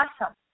awesome